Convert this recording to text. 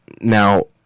Now